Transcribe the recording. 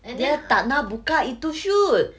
dia tak nak buka itu chute